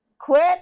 quit